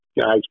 guys